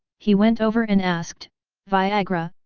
he went over and asked viagra,